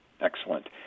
Excellent